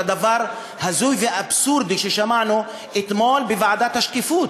לדבר ההזוי והאבסורדי ששמענו אתמול בוועדת השקיפות,